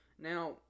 Now